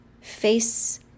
Face